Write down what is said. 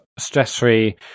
stress-free